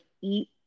eat